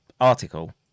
article